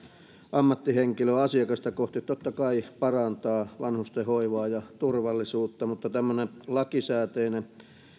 ammattihenkilöön asiakasta kohti totta kai parantaa vanhustenhoivaa ja turvallisuutta mutta tämmöinen lakisääteinen